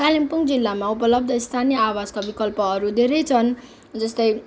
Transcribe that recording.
कालिम्पोङ जिल्लामा उपलब्ध स्थानीय आवासका विकल्पहरू धेरै छन् जस्तै